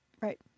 Right